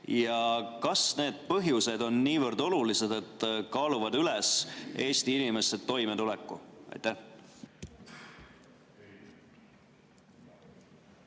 Kas need põhjused on niivõrd olulised, et kaaluvad üles Eesti inimeste toimetuleku? Aitäh,